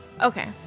Okay